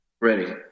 Ready